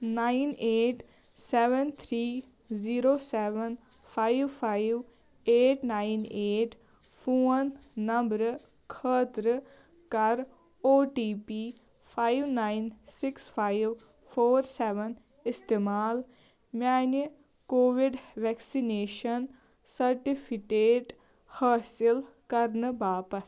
nine eight seven three zero seven five five eight nine eight phone نَمبرٕ خٲطرٕ کَر O T P five nine six five four seven اِستعمال میٛانہِ COVID vaccination certificate حٲصِل کَرنہٕ باپَتھ